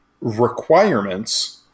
requirements